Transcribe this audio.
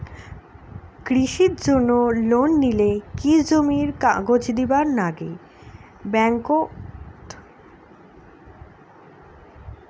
কৃষির জন্যে লোন নিলে কি জমির কাগজ দিবার নাগে ব্যাংক ওত?